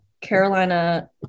Carolina